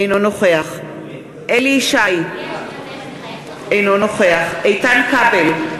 אינו נוכח אליהו ישי, אינו נוכח איתן כבל,